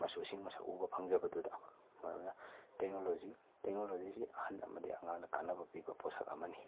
ꯃꯁꯨꯁꯤꯡ ꯃꯁꯛ ꯎꯖꯕ ꯐꯪꯖꯕꯗꯨꯗ ꯑꯗꯨꯅ ꯇꯦꯛꯅꯣꯂꯣꯖꯤ ꯇꯦꯛꯅꯣꯂꯣꯖꯤꯁꯤ ꯑꯍꯟ ꯑꯃꯗꯤ ꯑꯉꯥꯡꯗ ꯀꯥꯟꯅꯕ ꯄꯤꯕ ꯄꯣꯠꯁꯛ ꯑꯃꯅꯤ